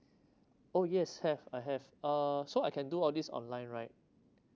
oh yes have I have uh so I can do all these online right